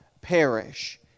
perish